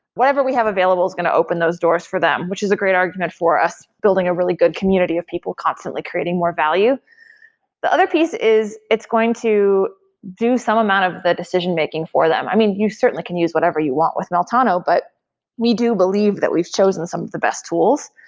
whatever we have available is going to open those doors for them, which is a great argument for us building a really good community of people constantly creating more value the other piece is it's going to do some amount of the decision-making for them. i mean, you certainly can use whatever you want with meltano, but we do believe that we've chosen some of the best tools.